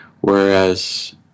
Whereas